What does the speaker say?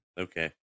Okay